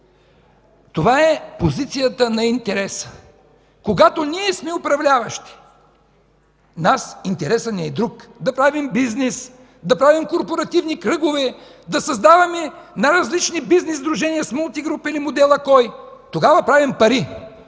това е позицията на интереса: „Когато ние сме управляващи, интересът ни е друг – да правим бизнес, да правим корпоративни кръгове, да създаваме най-различни бизнес сдружения с „Мултигруп” или модела „Кой?”. Тогава правим пари!